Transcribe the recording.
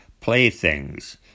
playthings